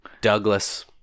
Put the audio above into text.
Douglas